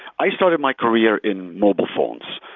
i started my career in mobile phones,